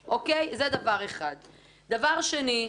אני מבקש לדבר על שני נושאים.